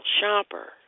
shopper